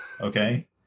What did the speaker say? Okay